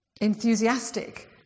enthusiastic